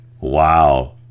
Wow